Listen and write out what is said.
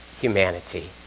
humanity